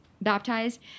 baptized